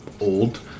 old